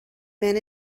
men